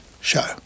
show